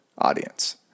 Audience